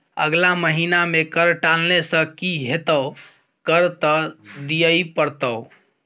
अगला महिना मे कर टालने सँ की हेतौ कर त दिइयै पड़तौ